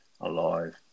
alive